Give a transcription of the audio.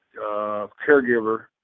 caregiver